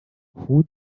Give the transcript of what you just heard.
who